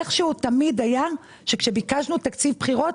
איכשהו תמיד שכשביקשנו תקציב בחירות